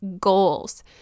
goals